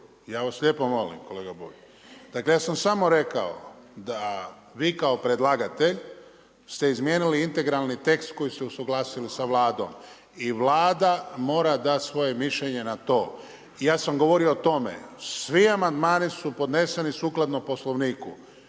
Ja vas lijepo molim, kolega Bulj. Dakle, ja sam samo rekao da vi kao predlagatelj ste izmijenili integralni tekst koji ste usuglasili sa Vladom i Vlada mora dati svoje mišljenje na to. Ja sam govorio o tome, svi amandmani su podneseni sukladno Poslovniku.